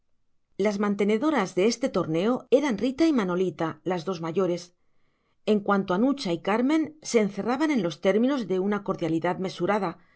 las mantenedoras de este torneo eran rita y manolita las dos mayores en cuanto a nucha y carmen se encerraban en los términos de una cordialidad mesurada